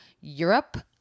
Europe